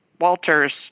Walter's